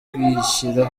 kwishyira